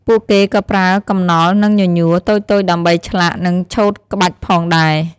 ពួកគេក៏ប្រើ កំណល់ និង ញញួរ តូចៗដើម្បី ឆ្លាក់ និងឆូតក្បាច់ផងដែរ។